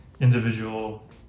individual